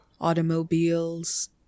Automobiles